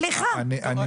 יש לכם